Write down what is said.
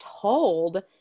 told